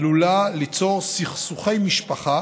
עלולה ליצור סכסוכי משפחה